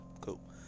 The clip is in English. Cool